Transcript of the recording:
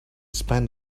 spent